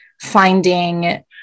finding